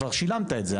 כבר שילמת את זה.